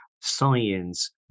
science